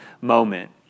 moment